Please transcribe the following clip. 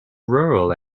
rural